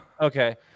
Okay